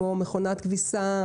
כמו מכונת כביסה,